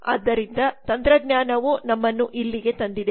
ಆದ್ದರಿಂದ ತಂತ್ರಜ್ಞಾನವು ನಮ್ಮನ್ನು ಇಲ್ಲಿಗೆ ತಂದಿದೆ